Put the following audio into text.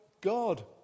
God